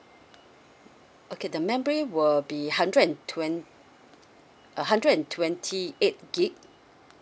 okay the memory would be hundred and twen~ a hundred and twenty eight gig